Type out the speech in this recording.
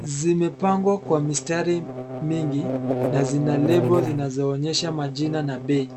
Zimepangwa kwa mistari mingi na zina lebo zinazoonyesha majina na bei.